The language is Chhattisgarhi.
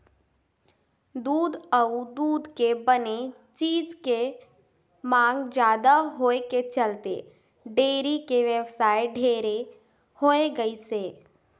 दूद अउ दूद के बने चीज के मांग जादा होए के चलते डेयरी के बेवसाय ढेरे होय गइसे